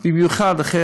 במיוחד אחרי